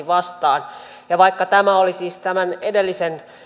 vastaan yhdeksänkymmentäkaksi ja vaikka tämä oli siis edellisen